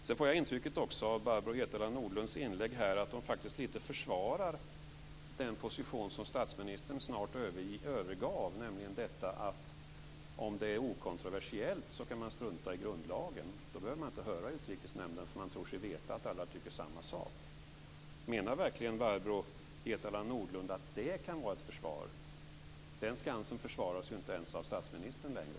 Sedan får jag också intrycket av Barbro Hietala Nordlunds inlägg här att hon faktiskt lite försvarar den position som statsministern snart övergav, nämligen detta att om det är okontroversiellt så kan man strunta i grundlagen. Då behöver man inte höra Utrikesnämnden, för man tror sig veta att alla tycker samma sak. Menar verkligen Barbro Hietala Nordlund att det kan vara ett försvar? Den skansen försvaras ju inte ens av statsministern längre.